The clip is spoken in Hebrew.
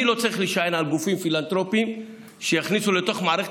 אני לא צריך להישען על גופים פילנתרופיים שיכניסו לתוך מערכת